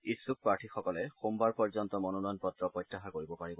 ইচ্ছুক প্ৰাৰ্থীসকলে সোমবাৰ পৰ্যন্ত মনোনয়ন পত্ৰ প্ৰত্যাহাৰ কৰিব পাৰিব